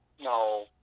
no